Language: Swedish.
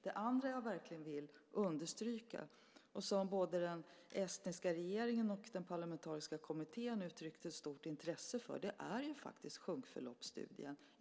Det andra jag verkligen vill understryka och som både den estniska regeringen och den parlamentariska kommittén uttryckte stort intresse för faktiskt är sjunkförloppsstudien.